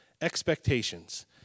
expectations